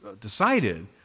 Decided